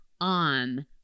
On